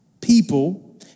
people